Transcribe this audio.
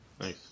Nice